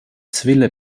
zwille